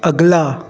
अगला